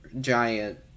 giant